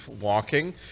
walking